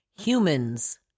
Humans